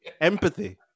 Empathy